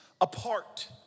apart